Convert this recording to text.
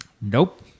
nope